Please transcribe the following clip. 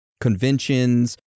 Conventions